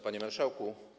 Panie Marszałku!